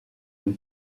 une